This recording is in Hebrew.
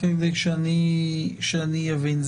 רק שאבין,